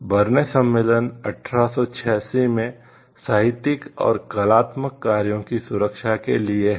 burn सम्मेलन 1886 में साहित्यिक और कलात्मक कार्यों की सुरक्षा के लिए है